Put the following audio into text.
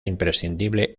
imprescindible